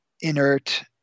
inert